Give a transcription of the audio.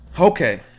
okay